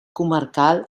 comarcal